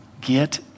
Get